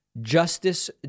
Justice